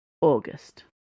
August